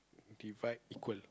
divide equal